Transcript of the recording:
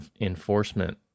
enforcement